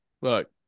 look